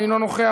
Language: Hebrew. אינו נוכח,